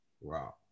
Wow